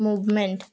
movement